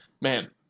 man